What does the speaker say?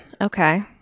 Okay